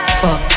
fuck